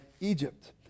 Egypt